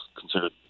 considered